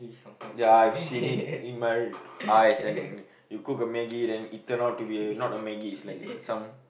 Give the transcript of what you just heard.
ya I have seen it in my eyes and you cook a Maggi and then it turn out to be not a Maggi it's like some